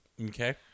Okay